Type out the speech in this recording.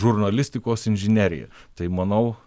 žurnalistikos inžineriją tai manau